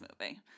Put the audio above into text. movie